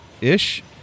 Ish